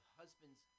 husband's